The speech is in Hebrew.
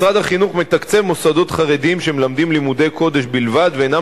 משרד החינוך מתקצב מוסדות חרדיים שמלמדים לימודי קודש בלבד ואינם